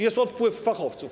Jest odpływ fachowców.